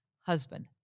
husband